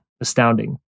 astounding